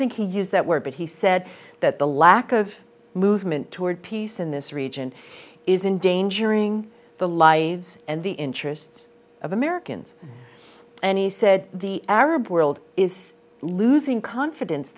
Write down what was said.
think he used that word but he said that the lack of movement toward peace in this region is in danger ng the lives and the interests of americans and he said the arab world is losing confidence